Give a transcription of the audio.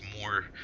more